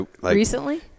Recently